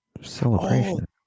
Celebration